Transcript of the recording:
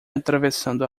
atravessando